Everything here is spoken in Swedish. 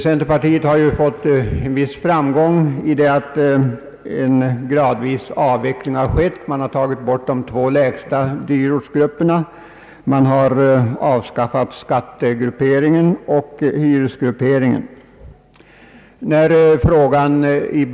Centerpartiet har ju vunnit en viss framgång i det att en gradvis avveckling har skett — de två lägsta dyrortsgrupperna har slopats och skattegrupperingen och hyresgrupperingen har avskaffats.